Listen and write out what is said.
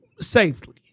safely